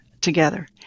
together